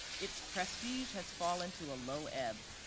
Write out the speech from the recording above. its prestige has fallen to a low ebb.